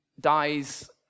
dies